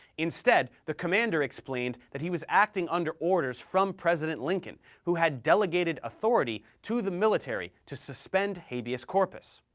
instead, the commander explained that he was acting under orders from president lincoln, who had delegated authority to the military to suspend habeas corpus.